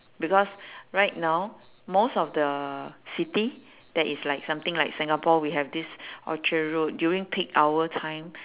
because right now most of the city that is like something like singapore we have this orchard road during peak hour time